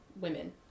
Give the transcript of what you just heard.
women